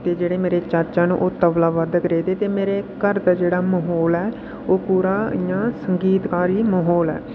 ते जेह्ड़े मेरे चाचा न ओह् तबलाबाधक रेह् दे ते मेरे घर दा जेह्ड़ा म्हौल ऐ ओह् पूरा इ'यां संगीतकारी म्हौल ऐ